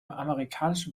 amerikanischen